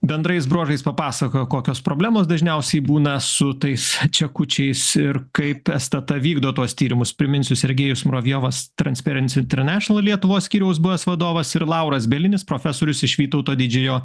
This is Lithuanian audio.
bendrais bruožais papasakojo kokios problemos dažniausiai būna su tais čekučiais ir kaip sst vykdo tuos tyrimus priminsiu sergejus muravjovas transperens internešinal lietuvos skyriaus buvęs vadovas ir lauras bielinis profesorius iš vytauto didžiojo